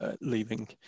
leaving